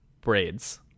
braids